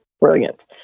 Brilliant